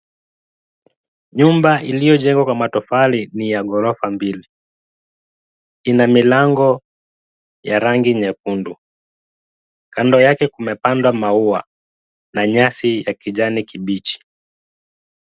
Nyumba iliyojengwa kwa matofali ni ya ghorofa mbili. Ina milango ya rangi nyekundu. Kando yake imepandwa maua na nyasi ya kijani kibichi.